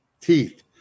teeth